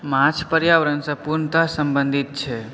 माछ पर्यावरण सॅं पूर्णतः सम्बन्धित छै